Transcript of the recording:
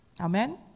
Amen